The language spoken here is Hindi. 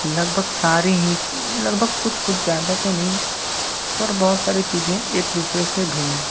लगभग सारी ही लगभग कुछ कुछ ज़्यादा तो नहीं पर बहुत सारी चीज़ें एक दूसरे से भिन्न हैं